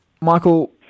Michael